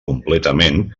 completament